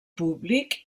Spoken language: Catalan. públic